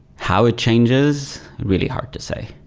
how it changes? really hard to say,